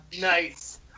Nice